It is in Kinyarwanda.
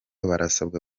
barasabwa